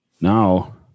Now